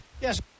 Yes